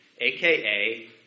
Aka